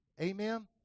Amen